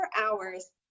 hours